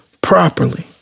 properly